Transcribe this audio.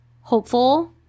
hopeful